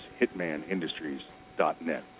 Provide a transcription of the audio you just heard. hitmanindustries.net